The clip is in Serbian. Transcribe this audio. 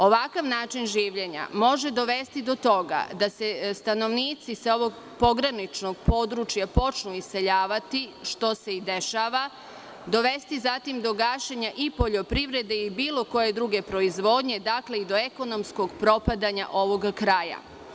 Ovakav način življenja može dovesti do toga da se stanovnici sa ovog pograničnog područja počnu iseljavati, što se i dešava, dovesti zatim do gašenja i poljoprivrede i bilo koje druge proizvodnje i do ekonomskog propadanja ovog kraja.